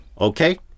Okay